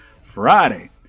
Friday